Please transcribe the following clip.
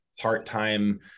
part-time